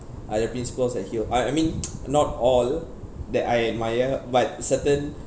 uh the principles that he'll I I mean not all that I admire but certain